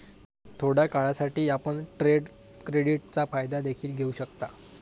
थोड्या काळासाठी, आपण ट्रेड क्रेडिटचा फायदा देखील घेऊ शकता